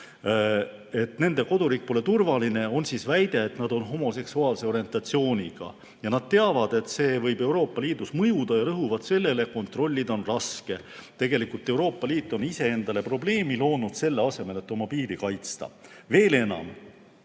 et nende koduriik pole turvaline, on see, et nad on homoseksuaalse orientatsiooniga. Nad teavad, et see võib Euroopa Liidus mõjuda, ja rõhuvad sellele. Kontrollida on raske. Tegelikult Euroopa Liit on ise endale probleemi loonud, selle asemel et oma piiri kaitsta. Kui tuleb